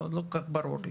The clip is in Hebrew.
לא כל כך ברור.